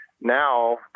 Now